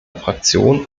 fraktion